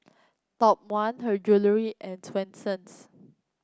Top One Her Jewellery and Swensens